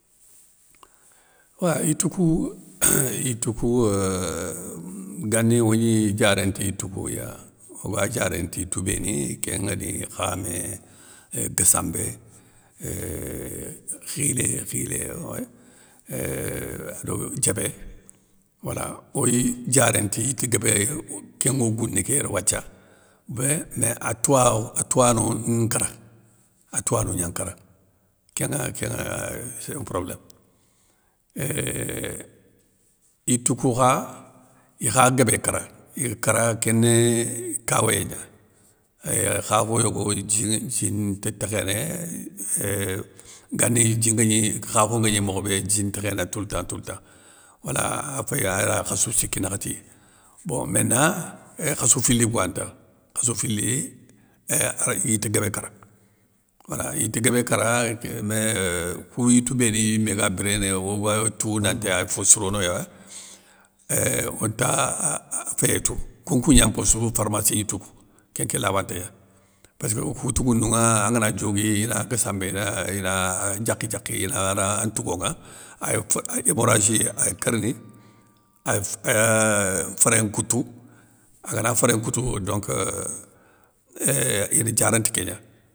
Wa yitou kou, yitou kou éuuuhh gani ogni diaréné ti yikouya, oga diaréné ti yitoubéni, kén nguéni khamé, gassambé, euuuhhh khilé, khilé wé, éuuhh ado diébé, wala oy diaréne ti yite guébé ye kénŋo gouné ké yéré wathia, bin mé atouwa atouwano nkara, atouwano gna nkara, kénŋa, kénŋa euuh sé un problém. Euuuhh yitou kou kha, ikha guébé kara i kara kéné kawéyé gna, éuuh khakho yogo dji nŋa djin nta tékhéné, euuhh gani djin nguégni khakho nguégnéy mokhobé djin ntékhéné tout le temp tout le temp, wala a féy khassou siki nakhati, bon ména khassou fili kouwane ta, khassou fili, éuuh ara yite guébé kara, wala yite guébé kara, ik mé éuuh kou yitou béni yimé ga biréné oga tou nanti ay fossirono ya, éuuh onta aaah féyé tou kounnkou gna mpossou pharmassi gnitou kou, kén nké labanté gnani, pésskeu okou tougounouŋa angana diogui ina gassambé ina ina diakhi diakhi ina ra an ntougo nŋa, ay fo ay émoragie ay kérni, ay euuuh féré nkoutou, agana féré nkoutou donc euuh éhh ine diarane ti kégna.